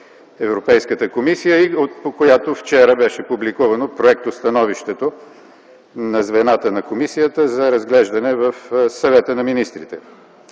Европейската комисия и по която вчера беше публикувано проектостановището на звената на Комисията за разглеждане в Съвета на министрите.